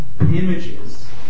images